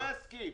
לא יסכים.